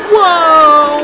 Whoa